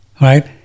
Right